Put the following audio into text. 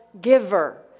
giver